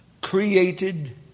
created